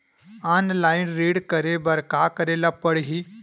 Online ऋण करे बर का करे ल पड़हि?